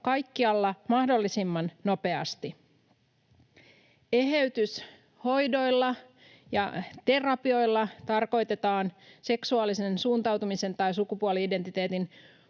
puhutaan siitä, että näillä hoidoilla tai terapioilla tarkoitetaan seksuaalisen suuntautumisen tai sukupuoli-identiteetin